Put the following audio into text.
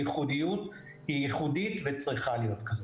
היא ייחודית וצריכה להיות כזאת,